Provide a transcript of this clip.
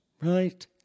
Right